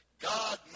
God